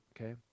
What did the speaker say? okay